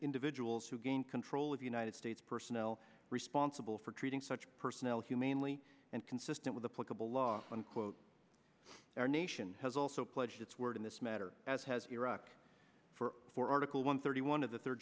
individuals who gain control of united states personnel responsible for treating such personnel humanely and consistent with the portable law unquote our nation has also pledged its word in this matter as has iraq for for article one thirty one of the third